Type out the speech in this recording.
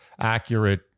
accurate